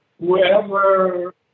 whoever